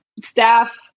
staff